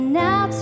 now